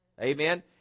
Amen